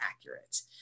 accurate